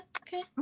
okay